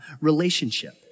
relationship